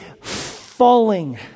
falling